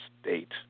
state